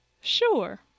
Sure